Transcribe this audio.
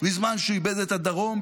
בזמן שהוא איבד את הדרום,